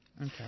Okay